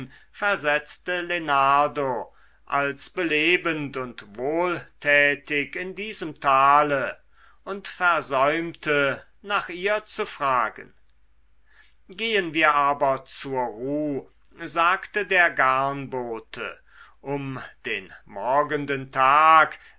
versetzte lenardo als belebend und wohltätig in diesem tale und versäumte nach ihr zu fragen gehen wir aber zur ruh sagte der garnbote um den morgenden tag